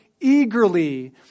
eagerly